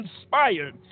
inspired